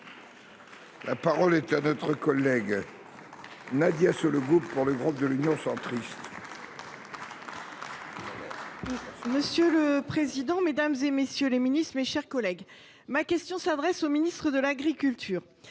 La parole est à Mme Nadia Sollogoub, pour le groupe Union Centriste. Monsieur le président, mesdames, messieurs les ministres, mes chers collègues, ma question s’adresse à M. le ministre de l’agriculture